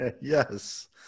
Yes